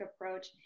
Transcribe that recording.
approach